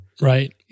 Right